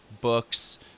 books